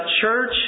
church